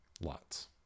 lots